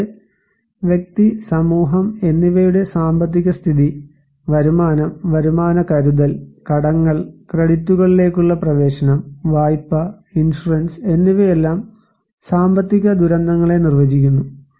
കൂടാതെ വ്യക്തി സമൂഹം എന്നിവയുടെ സാമ്പത്തിക സ്ഥിതി വരുമാനം വരുമാന കരുതൽ കടങ്ങൾ ക്രെഡിറ്റുകളിലേക്കുള്ള പ്രവേശനം വായ്പ ഇൻഷുറൻസ് എന്നിവയെല്ലാം സാമ്പത്തിക ദുരന്തങ്ങളെ നിർവചിക്കുന്നു